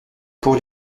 pour